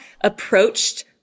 approached